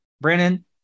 Brandon